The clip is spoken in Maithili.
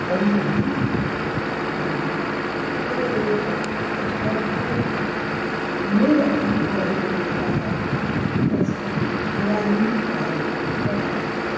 खरीद ली तऽ ओ एकटा स्टॉक भऽ जेतऽ नहि एखन पढ़ैके मौका लागतऽ तऽ कमसँ कम सेवानिवृत भऽ जेबऽ रिटायर कऽ जेबऽ